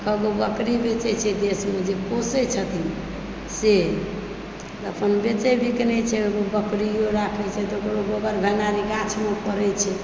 एक एकगो बकरी बेचै छै देशमे जे पोसै छथिन से अपन बेचै बिकनै छै बकरीयो राखैत छै तऽ ओकरो गोबर गाछमे पड़ै छै